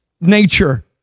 nature